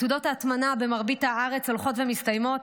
עתודות ההטמנה במרבית הארץ הולכות ונגמרות.